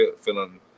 feeling